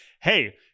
Hey